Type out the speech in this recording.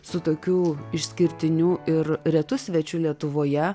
su tokiu išskirtiniu ir retu svečiu lietuvoje